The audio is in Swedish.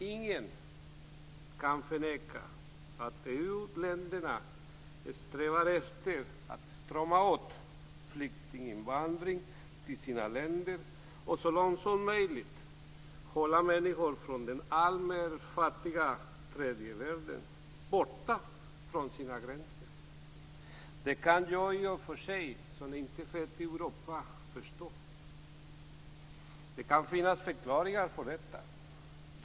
Ingen kan förneka att EU-länderna strävar efter att strama åt flyktinginvandringen och så långt som möjligt hålla människor från den allt fattigare tredje världen borta från sina gränser. Detta kan jag, som inte är född i Europa, i och för sig förstå. Det kan finnas förklaringar till detta.